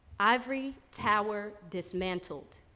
ivory tower dismantled.